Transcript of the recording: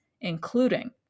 including